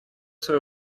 свое